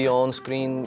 on-screen